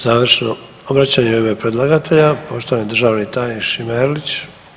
Završno obraćanje u ime predlagatelja, poštovani državni tajnik Šime Erlić.